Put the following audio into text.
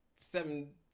seven